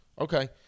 Okay